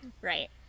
Right